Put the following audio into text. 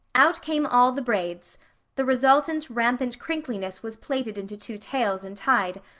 out came all the braids the resultant rampant crinkliness was plaited into two tails and tied,